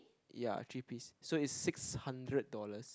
ya three piece so it's six hundred dollars